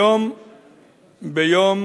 ביום